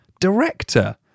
Director